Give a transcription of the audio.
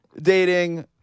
dating